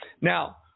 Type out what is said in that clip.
now